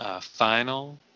Final